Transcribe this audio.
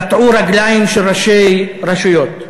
קטעו רגליים של ראשי רשויות?